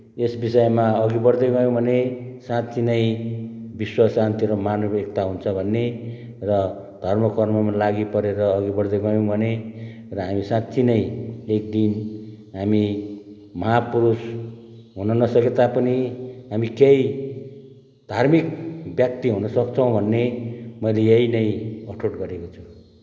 यस विषयमा अघि बढ्दै गयौँ भने साँच्ची नै विश्व शान्ति र मानव एकता हुन्छ भन्ने र धर्मकर्ममा लागिपरेर अघि बढ्दै गयौँ भने र हामी साँच्ची नै एकदिन हामी महापुरुष हुन नसके तापनि हामी केही धार्मिक व्यक्ति हुन सक्छौँ भन्ने मैले यही नै अठोट गरेको छु